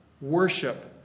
worship